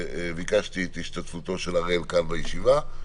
ביקשתי את השתתפותו של הראל שליסל בישיבה.